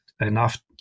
enough